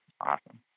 Awesome